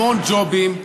המון ג'ובים,